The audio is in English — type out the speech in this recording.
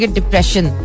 depression